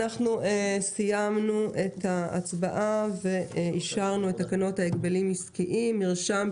סיימנו את ההצבעה ואישרנו את תקנות ההגבלים העסקיים (מרשם,